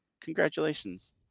congratulations